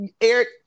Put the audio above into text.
Eric